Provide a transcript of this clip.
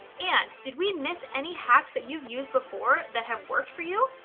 and, did we miss any hacks that you've used before that have worked for you?